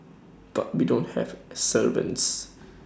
but we don't have servants